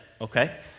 okay